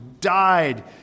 died